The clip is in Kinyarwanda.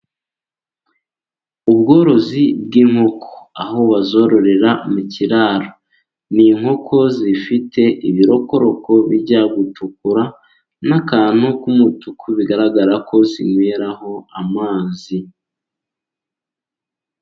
Ubworozi bw'inkoko. Aho bazororera mu kiraro, ni inkoko zifite ibirokoroko bijya gutukura n'akantu k'umutuku bigaragara ko zinyweraho amazi.